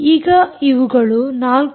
ಈಗ ಇವುಗಳು 4